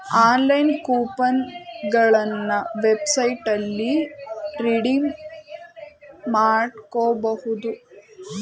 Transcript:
online coupon ಗಳನ್ನ ವೆಬ್ಸೈಟ್ನಲ್ಲಿ redeem ಮಾಡ್ಕೋಬಹುದು